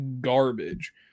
garbage